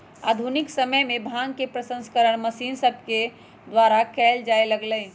आधुनिक समय में भांग के प्रसंस्करण मशीन सभके द्वारा कएल जाय लगलइ